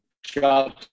Jobs